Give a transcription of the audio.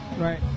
Right